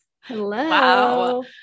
Hello